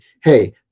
hey